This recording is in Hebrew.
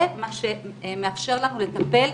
זה מה שמאפשר לנו לטפל.